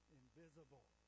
invisible